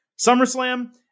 SummerSlam